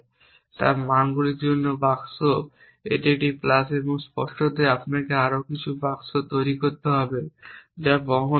তা মানগুলির জন্য বাক্স এটি একটি প্লাস এবং স্পষ্টতই আপনাকে আরও কিছু বাক্স তৈরি করতে হবে যা বহন করার জন্য